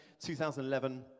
2011